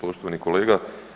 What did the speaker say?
Poštovani kolega.